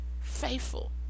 faithful